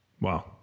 Wow